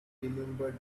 remembered